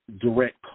direct